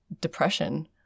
depression